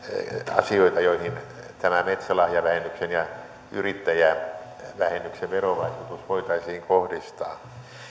asioita joihin tämä metsälahjavähennyksen ja yrittäjävähennyksen verovaikutus voitaisiin kohdistaa